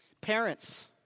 Parents